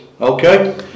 Okay